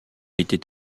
était